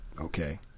okay